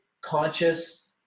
conscious